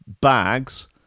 bags